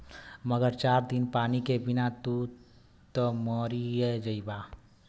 मगर चार दिन पानी के बिना त तू मरिए जइबा